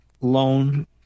loan